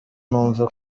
numve